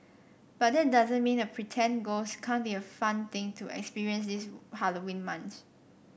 but that doesn't mean a pretend ghost can't be a fun thing to experience this Halloween month